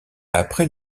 après